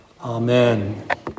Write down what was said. Amen